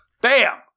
Bam